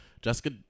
jessica